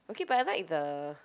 okay but I like the